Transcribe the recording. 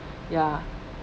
ya